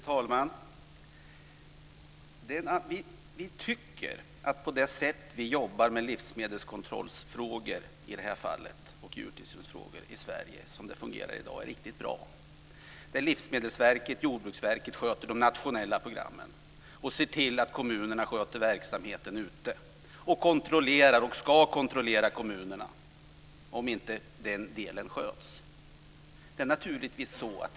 Fru talman! Vi tycker att det sätt vi jobbar på med frågor om livsmedelskontroll och djurtillsyn i Sverige i dag är riktigt bra. Livsmedelsverket och Jordbruksverket sköter de nationella programmen och ser till att kommunerna sköter verksamheten ute. Verken ska kontrollera om den delen sköts av kommunerna.